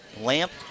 Lamp